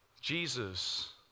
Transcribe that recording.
Jesus